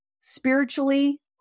spiritually